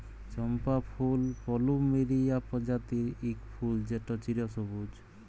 চম্পা ফুল পলুমেরিয়া প্রজাতির ইক ফুল যেট চিরসবুজ